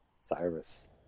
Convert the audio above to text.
Cyrus